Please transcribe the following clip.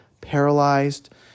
paralyzed